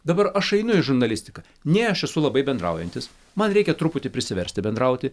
dabar aš einu į žurnalistiką nei aš esu labai bendraujantis man reikia truputį prisiversti bendrauti